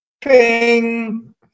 Ping